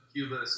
Cuba